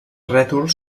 rètols